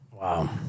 Wow